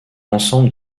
ensemble